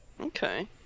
Okay